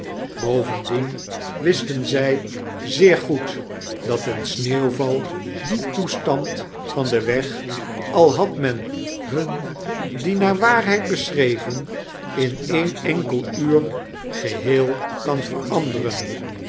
bovendien wisten zg zeer goed dat een sneeuwval dien toestand van den weg al had men hun dien naar waarheid beschreven in een enkel uur geheel kan veranderen